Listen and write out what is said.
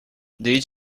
did